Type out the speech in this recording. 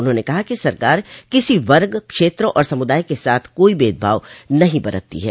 उन्होंने कहा कि सरकार किसी वर्ग क्षेत्र और समुदाय के साथ कोई भेदभाव नहीं बरतती है